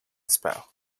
spell